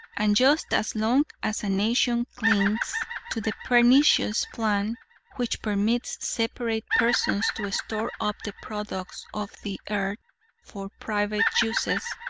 and just as long as a nation clings to the pernicious plan which permits separate persons to store up the products of the earth for private uses,